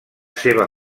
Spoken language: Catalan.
seva